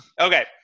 okay